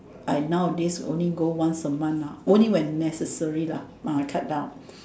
I nowadays only go once a month lah only when necessary lah orh I cut down